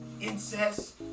Incest